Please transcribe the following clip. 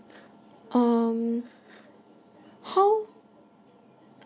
um how